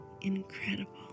incredible